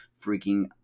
freaking